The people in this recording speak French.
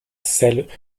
celle